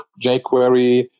jQuery